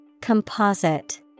Composite